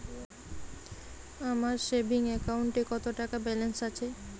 আমার সেভিংস অ্যাকাউন্টে কত টাকা ব্যালেন্স আছে?